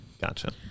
Gotcha